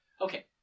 okay